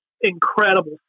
incredible